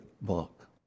book